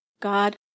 God